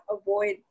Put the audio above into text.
avoid